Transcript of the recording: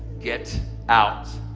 get out.